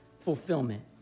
fulfillment